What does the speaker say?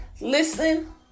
listen